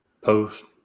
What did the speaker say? post